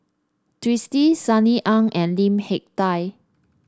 Twisstii Sunny Ang and Lim Hak Tai